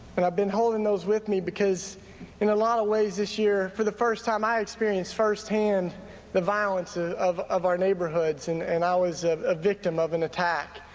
and i've been holding those with me because in a lot of ways, this year, for the first time, i experienced firsthand the violence ah of of our neighborhoods, and and i was ah a victim of an attack.